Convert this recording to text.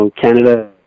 Canada